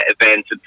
events